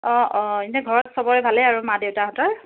অঁ অঁ এনেই ঘৰত চবৰে ভালেই আৰু মা দেউতাহঁতৰ